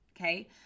Okay